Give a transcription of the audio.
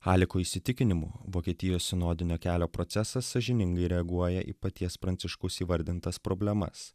haliko įsitikinimu vokietijos sinodinio kelio procesas sąžiningai reaguoja į paties pranciškaus įvardintas problemas